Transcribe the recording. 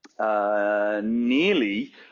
nearly